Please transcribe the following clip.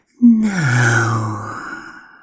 now